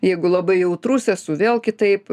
jeigu labai jautrus esu vėl kitaip